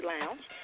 Lounge